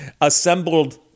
assembled